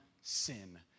sin